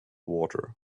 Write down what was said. water